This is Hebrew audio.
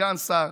לסגן שר,